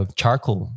charcoal